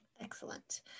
Excellent